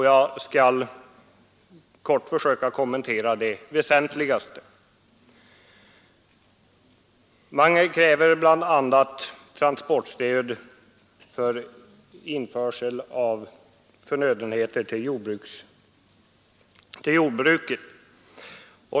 Jag skall kortfattat försöka kommentera det väsentligaste innehållet. Man kräver transportstöd bl.a. för införsel av förnödenheter till jordbruket.